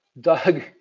Doug